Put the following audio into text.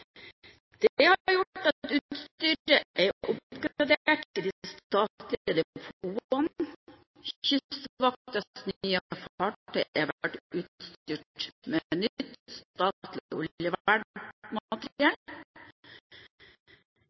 Det har gjort at utstyret er oppgradert i de statlige depotene. Kystvaktens nye fartøy er blitt utstyrt med nytt